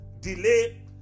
Delay